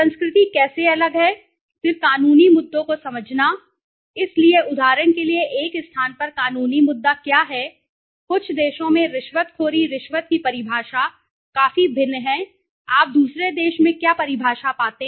संस्कृति कैसे अलग है फिर कानूनी मुद्दों को समझना इसलिए उदाहरण के लिए एक स्थान पर कानूनी मुद्दा क्या है कुछ देशों में रिश्वतखोरी रिश्वत की परिभाषा काफी भिन्न है कि आप दूसरे देश में क्या परिभाषा पाते हैं